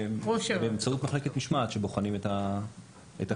באמצעות מחלקת משמעת שבוחנים את החומרים.